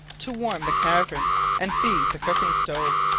to warm the cavern and feed the cooking-stove.